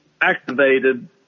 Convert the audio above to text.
activated